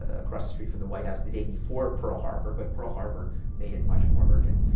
across street from the white house the day before pearl harbor. but pearl harbor made it much more urgent.